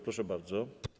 Proszę bardzo.